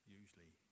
usually